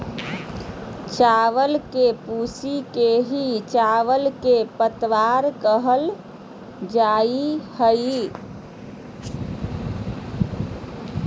चावल के भूसी के ही चावल के पतवार कहल जा हई